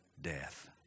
death